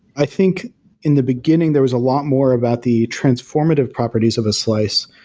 i think in the beginning, there was a lot more about the transformative properties of a slice,